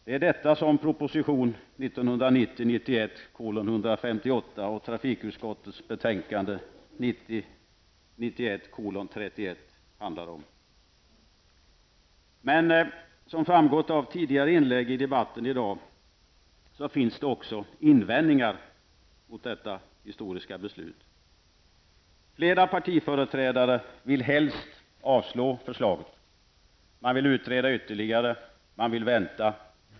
Detta är detta som proposition 1990 91:31 handlar om. Men, som framgått av tidigare inlägg i debatten i dag det finns också invändningar mot detta historiska beslut. Flera partiföreträdare vill helst avslå förslaget. Man vill utreda ytterligare, och man vill vänta.